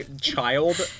child